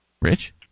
Rich